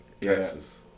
Texas